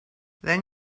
then